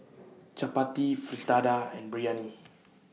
Chapati Fritada and Biryani